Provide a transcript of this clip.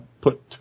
put